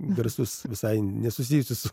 garsus visai nesusijusius